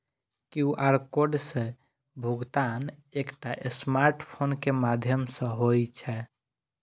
QR code सं भुगतान एकटा स्मार्टफोन के माध्यम सं होइ छै